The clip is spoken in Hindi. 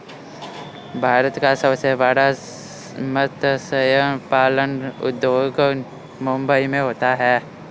भारत का सबसे बड़ा मत्स्य पालन उद्योग मुंबई मैं होता है